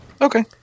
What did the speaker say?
Okay